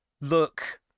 look